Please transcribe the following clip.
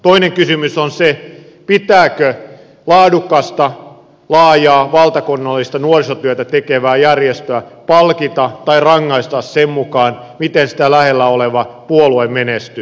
toinen kysymys on se pitääkö laadukasta laajaa valtakunnallista nuorisotyötä tekevää järjestöä palkita tai rangaista sen mukaan miten sitä lähellä oleva puolue menestyy